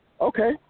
Okay